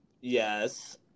Yes